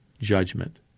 judgment